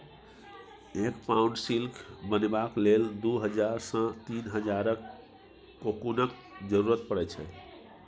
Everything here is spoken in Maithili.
एक पाउंड सिल्क बनेबाक लेल दु हजार सँ तीन हजारक कोकुनक जरुरत परै छै